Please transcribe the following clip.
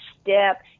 step